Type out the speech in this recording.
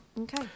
Okay